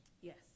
Yes